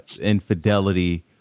infidelity